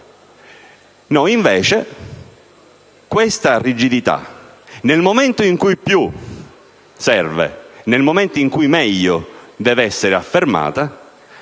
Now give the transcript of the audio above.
Noi, invece, questa rigidità, nel momento in cui più serve e nel momento in cui meglio deve essere affermata,